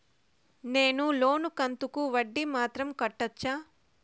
నేను లోను కంతుకు వడ్డీ మాత్రం కట్టొచ్చా?